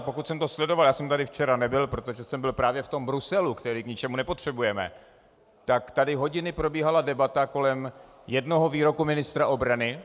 Pokud jsem to sledoval, já jsem tady včera nebyl, protože jsem byl právě v tom Bruselu, který k ničemu nepotřebujeme, tak tady hodiny probíhala debata kolem jednoho výroku ministra obrany.